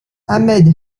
ahmed